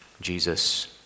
Jesus